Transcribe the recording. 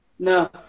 No